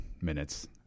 Minutes